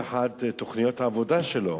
כל אחד ותוכניות העבודה שלו.